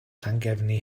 llangefni